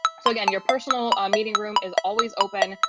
so again, your personal meeting room is always open,